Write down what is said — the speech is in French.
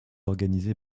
organisé